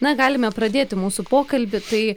na galime pradėti mūsų pokalbį tai